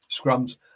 scrums